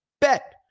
bet